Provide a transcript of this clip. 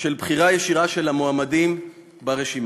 של בחירה ישירה של המועמדים ברשימה.